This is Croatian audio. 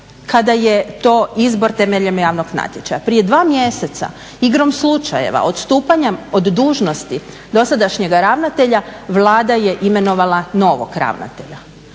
kada je to izbor temeljem javnog natječaja. Prije dva mjeseca igrom slučajeva odstupanjem od dužnosti dosadašnjega ravnatelja Vlada je imenovala novog ravnatelja.